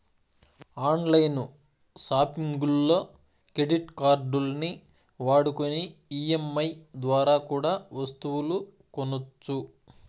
on line సాపింగుల్లో credit కార్డుల్ని వాడుకొని ఈ.ఎం.ఐ దోరా కూడా ఒస్తువులు కొనొచ్చు